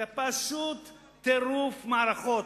זה פשוט טירוף מערכות.